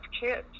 kids